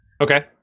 Okay